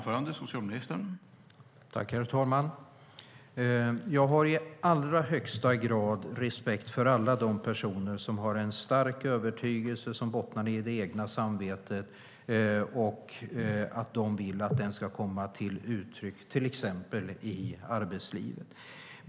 Herr talman! Jag har i allra högsta grad respekt för alla de personer som har en stark övertygelse som bottnar i det egna samvetet och som vill att den ska komma till uttryck i till exempel arbetslivet.